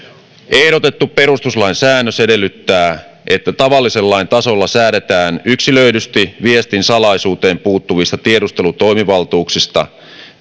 ehdotettu perustuslain säännös edellyttää että tavallisen lain tasolla säädetään yksilöidysti viestin salaisuuteen puuttuvista tiedustelutoimivaltuuksista